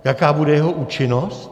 Jaká bude jeho účinnost?